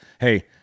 Hey